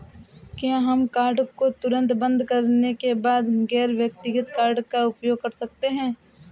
क्या हम कार्ड को तुरंत बंद करने के बाद गैर व्यक्तिगत कार्ड का उपयोग कर सकते हैं?